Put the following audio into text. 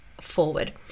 forward